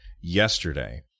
yesterday